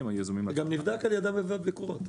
-- זה גם נבדק על-ידי ועדת ביקורת.